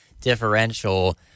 differential